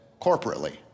corporately